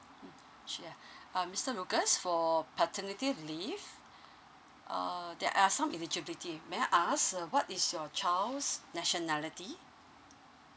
mm sure uh mister lukas for paternity leave uh there are some eligibility may I ask uh what is your child's nationality